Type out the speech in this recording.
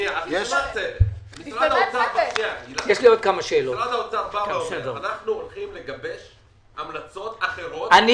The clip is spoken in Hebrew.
משרד האוצר אומר שהוא הולך לגבש המלצות אחרות --- אני